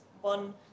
One